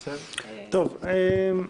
איתן,